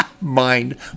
Mind